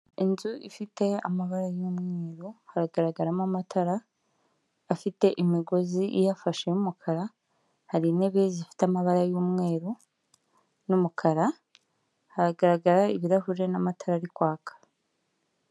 Inzu ifite amabara y'umweru, haragaragaramo amatara afite imigozi iyafashe y'umukara, hari intebe zifite amabara y'umweru n'umukara, haragaragara ibirahure n'amatara ari kwaka.